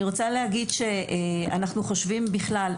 אני רוצה להגיד שאנחנו חושבים בכלל,